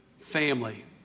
Family